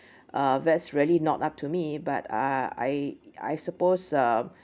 uh that's really not up to me but ah I I suppose um